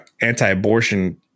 anti-abortion